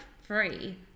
free